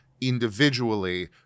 individually